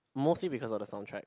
mostly because of the soundtrack